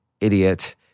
idiot